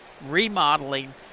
remodeling